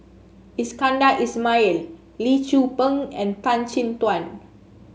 Iskandar Ismail Lee Tzu Pheng and Tan Chin Tuan